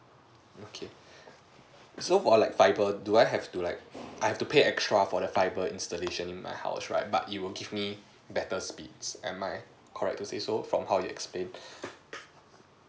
okay so for like fibre do I have to like I've to pay extra for the fibre installation in my house right but you will give me better speed am I correct to say so from how you explained